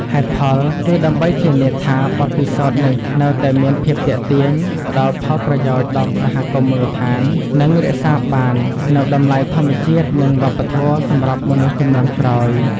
ហេតុផលគឺ ដើម្បីធានាថាបទពិសោធន៍នេះនៅតែមានភាពទាក់ទាញ ផ្ដល់ផលប្រយោជន៍ដល់សហគមន៍មូលដ្ឋាន និងរក្សាបាននូវតម្លៃធម្មជាតិនិងវប្បធម៌សម្រាប់មនុស្សជំនាន់ក្រោយ។